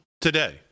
today